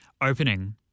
opening